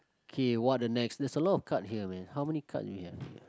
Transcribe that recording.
K what the next there's a lot of card here man how many card do you have